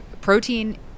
protein